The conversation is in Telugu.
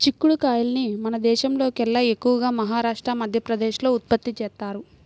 చిక్కుడు కాయల్ని మన దేశంలోకెల్లా ఎక్కువగా మహారాష్ట్ర, మధ్యప్రదేశ్ లో ఉత్పత్తి చేత్తారు